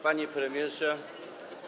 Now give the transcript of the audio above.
Panie Premierze!